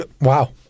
Wow